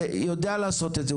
ויודע לעשות את זה,